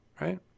right